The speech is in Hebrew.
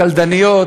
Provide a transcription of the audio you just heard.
הקלדניות,